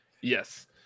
Yes